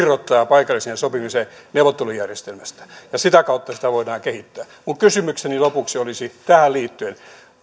paikallisen sopimisen neuvottelujärjestelmästä ja sitä kautta sitä voidaan kehittää minun kysymykseni lopuksi olisi tähän liittyen